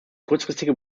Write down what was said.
kurzfristige